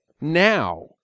now